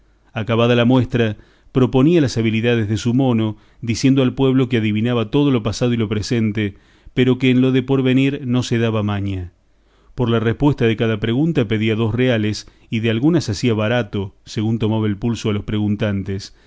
acabada la muestra proponía las habilidades de su mono diciendo al pueblo que adivinaba todo lo pasado y lo presente pero que en lo de por venir no se daba maña por la respuesta de cada pregunta pedía dos reales y de algunas hacía barato según tomaba el pulso a los preguntantes